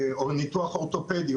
או ניתוח אורתופדי,